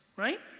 right?